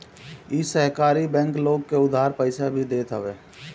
इ सहकारी बैंक लोग के उधार पईसा भी देत हवे